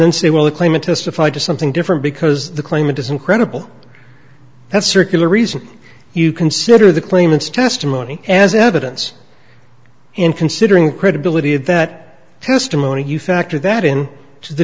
then say well the claimant testified to something different because the claimant isn't credible that circular reasoning you consider the claimants testimony as evidence in considering credibility of that testimony you factor that in t